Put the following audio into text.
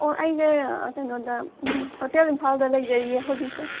ꯑꯣ ꯑꯩꯁꯦ ꯀꯩꯅꯣꯗ ꯎꯝ ꯍꯣꯇꯦꯜ ꯏꯝꯐꯥꯜꯗ ꯂꯩꯖꯩꯌꯦ ꯍꯧꯖꯤꯛꯁꯦ